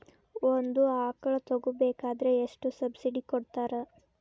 ಒಂದು ಆಕಳ ತಗೋಬೇಕಾದ್ರೆ ಎಷ್ಟು ಸಬ್ಸಿಡಿ ಕೊಡ್ತಾರ್?